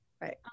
Right